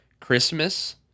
Christmas